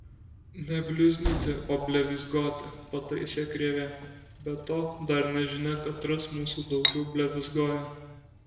ne bliuznyti o blevyzgoti pataise krėvė be to dar nežinia katras mūsų daugiau blevyzgoja